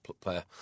player